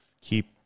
keep